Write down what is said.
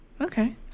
Okay